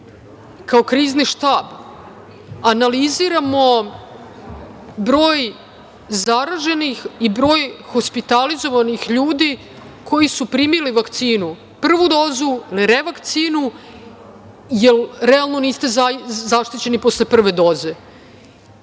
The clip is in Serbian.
kao Krizni štab analiziramo broj zaraženih i broj hospitalizovanih ljudi koji su primili vakcinu, prvu dozu, revakcinu, jer realno niste zaštićeni posle prve doze